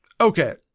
okay